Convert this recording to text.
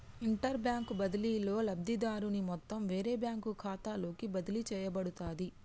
interbank బదిలీలో, లబ్ధిదారుని మొత్తం వేరే బ్యాంకు ఖాతాలోకి బదిలీ చేయబడుతది